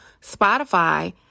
Spotify